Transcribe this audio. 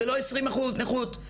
זה לא 20 אחוז נכות,